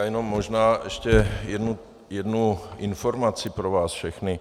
Jenom možná ještě jednu informaci pro vás všechny.